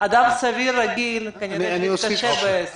אדם סביר, רגיל, כנראה שיתקשה בעצם.